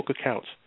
accounts